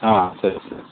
ಹಾಂ ಸರಿ ಸರಿ